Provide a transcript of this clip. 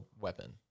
weapon